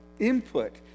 input